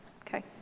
Okay